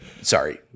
Sorry